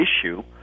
issue